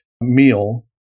meal